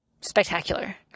spectacular